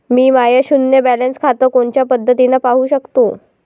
मी माय शुन्य बॅलन्स खातं कोनच्या पद्धतीनं पाहू शकतो?